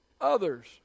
others